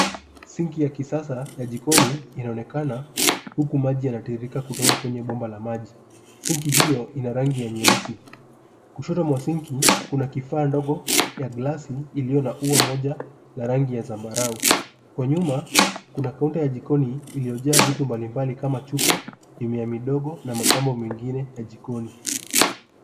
Sinki ya kisasa ya jikoni inaonekana huku maji yanatiririka kutoka bomba la maji. Sinki hiyo ina rangiya nyeusi. Kushoto mwa sinki kuna kifaa ndogo ya glasi iliyo na ua moja la rangi ya zambarau. Kwa nyuma kuna kaunta ya jikoni iliyojaa vitu mbalimbali kama vile chupa, mimea na mapambo mengine ya jikoni.